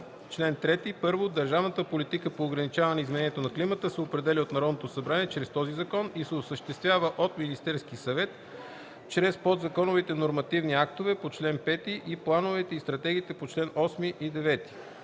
„Чл. 3. (1) Държавната политика по ограничаване изменението на климата се определя от Народното събрание чрез този закон и се осъществява от Министерския съвет чрез подзаконовите нормативни актове по чл. 5 и плановете и стратегиите по чл. 8 и 9.